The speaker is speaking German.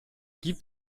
gibt